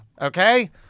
Okay